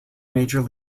major